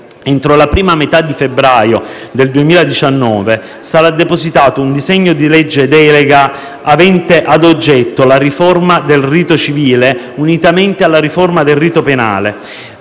Entro la prima metà di febbraio 2019 sarà depositato un disegno di legge delega avente a oggetto la riforma del rito civile, unitamente alla riforma del rito penale.